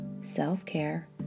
self-care